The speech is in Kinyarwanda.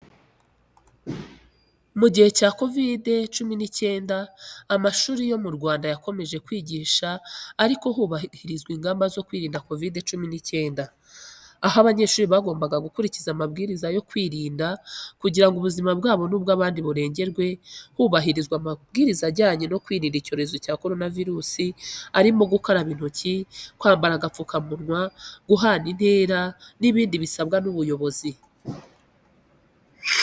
Mu gihe cya kovide cumi n'icyenda amashuri yo mu Rwanda yakomeje kwigisha ariko hubahirizwa ingamba zo kwirinda COVID-19, aho abanyeshuri bagombaga gukurikiza amabwiriza yo kwirinda kugira ngo ubuzima bwabo n’ubw’abandi burengerwe, hubahirizwa amabwiriza ajyanye no kwirinda icyorezo cya koronavirusi arimo gukaraba intoki, kwambara agapfukamunwa, guhana intera, n’ibindi bisabwa n’ubuyobozi.